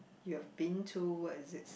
you've been to what is it